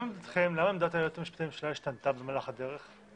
למה עמדת היועץ המשפטי לממשלה השתנתה במהלך הדרך?